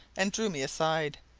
and drew me aside.